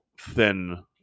thin